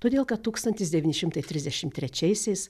todėl kad tūkstantis devyni šimtai trisdešim trečiaisiais